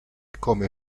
come